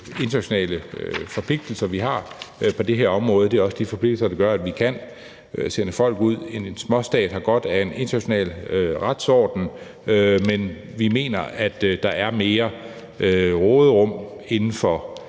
internationale forpligtelser, vi har på det her område. Det er også de forpligtelser, der gør, at vi kan sende folk ud. En småstat har godt af en international retsorden, men vi mener, at der er mere råderum inden for